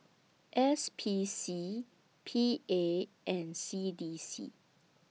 S P C P A and C D C